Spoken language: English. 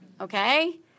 okay